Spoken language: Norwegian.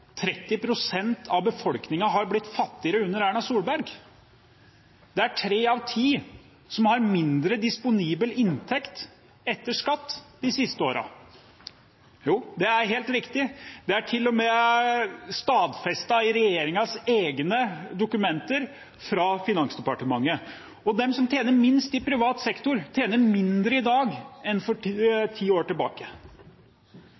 pst. av befolkningen har blitt fattigere under Erna Solberg. De siste årene har tre av ti mindre disponibel inntekt etter skatt. Jo, det er helt riktig, og det er til og med stadfestet i regjeringens egne dokumenter fra Finansdepartementet. De som tjener minst i privat sektor, tjener mindre i dag enn for ti